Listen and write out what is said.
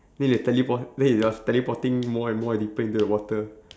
then he like teleport then he just teleporting more and more deeper into the water